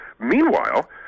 meanwhile